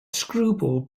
screwball